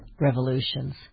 revolutions